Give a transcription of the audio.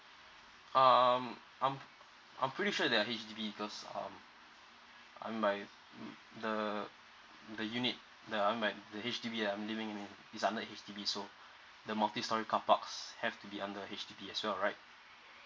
um I'm pretty sure they are H_D_B because um I might the the unit the I might the H_D_B that I'm living in it's under H_D_B so the multi storey carparks have to be under H_D_B as well right